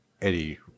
Eddie